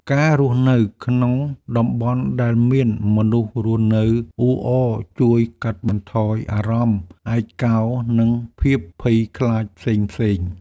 ការរស់នៅក្នុងតំបន់ដែលមានមនុស្សរស់នៅអ៊ូអរ ជួយកាត់បន្ថយអារម្មណ៍ឯកោ និងភាពភ័យខ្លាចផ្សេងៗ។